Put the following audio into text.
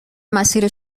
مسیر